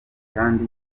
kandi